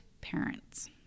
parents